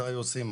מתי עושים,